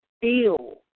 feel